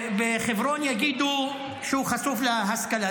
בחברון, יגידו שהוא חשוף להסתה.